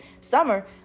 summer